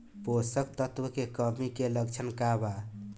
पोषक तत्व के कमी के लक्षण का वा?